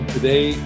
Today